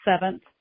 seventh